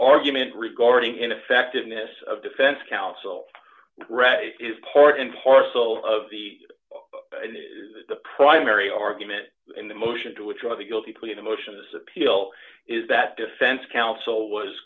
argument regarding ineffectiveness of defense counsel is part and parcel of the primary argument in the motion to withdraw the guilty plea the motions appeal is that defense counsel was